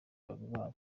babo